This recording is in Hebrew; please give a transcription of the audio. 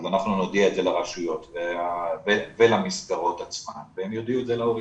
אנחנו נודיע את זה לרשויות ולמסגרות עצמן והם יודיעו את זה להורים.